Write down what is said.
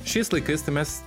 šiais laikais tai mes